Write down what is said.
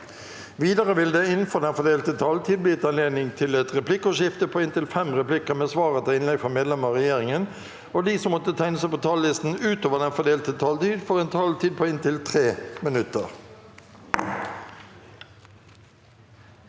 Videre vil det – innenfor den fordelte taletid – bli gitt anledning til inntil fem replikker med svar etter innlegg fra medlemmer av regjeringen, og de som måtte tegne seg på talerlisten utover den fordelte taletid, får en taletid på inntil 3 minutter.